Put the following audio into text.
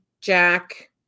Jack